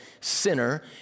Sinner